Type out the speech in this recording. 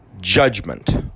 Judgment